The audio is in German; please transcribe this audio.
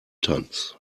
tanz